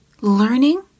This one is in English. learning